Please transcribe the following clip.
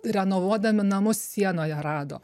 renovuodami namus sienoje rado